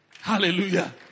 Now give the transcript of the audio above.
Hallelujah